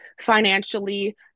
financially